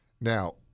Now